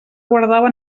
guardava